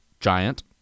giant